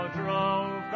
drove